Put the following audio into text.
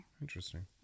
Interesting